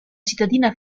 cittadina